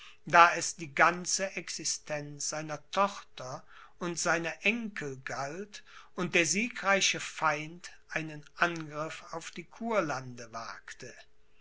da es die ganze existenz seiner tochter und seiner enkel galt und der siegreiche feind einen angriff auf die kurlande wagte